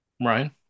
Ryan